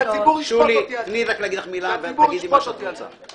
שהציבור ישפוט אותי על זה.